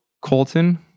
Colton